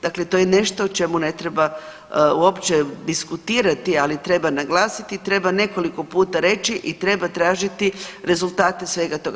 Dakle, to je nešto o čemu ne treba uopće diskutirati, ali treba naglasiti, treba nekoliko puta reći i treba tražiti rezultate svega toga.